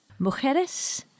Mujeres